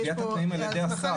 קביעת התנאים על ידי השר?